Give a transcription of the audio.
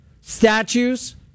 statues